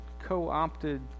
co-opted